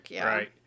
right